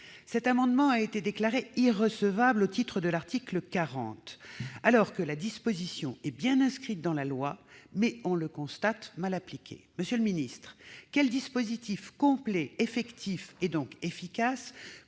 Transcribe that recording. Cet amendement a été déclaré irrecevable au titre de l'article 40 de la Constitution, alors que la disposition est bien inscrite dans la loi, mais, on le constate, mal appliquée. Monsieur le secrétaire d'État, quel dispositif complet, effectif et, donc, efficace